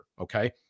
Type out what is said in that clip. okay